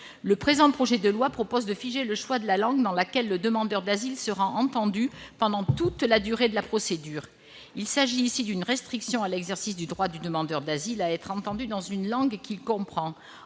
Le présent projet de loi prévoit de figer le choix de la langue dans laquelle le demandeur d'asile sera entendu pendant toute la durée de la procédure. Il s'agit d'une restriction à l'exercice du droit du demandeur d'asile à être entendu dans une langue qu'il comprend.